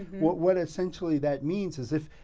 what what essentially that means is if,